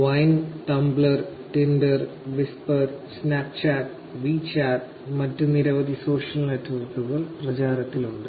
wine Tumblr Tinder Whisper Snapchat WeChat മറ്റ് നിരവധി social നെറ്റ്വർക്കുകൾ പ്രചാരത്തിലുണ്ട്